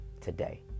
today